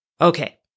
Okay